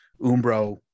umbro